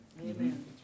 Amen